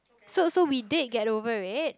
so so we did get over it